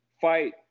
fight